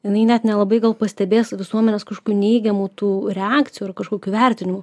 jinai net nelabai gal pastebės visuomenės kažkokių neigiamų tų reakcijų ir kažkokių vertinimų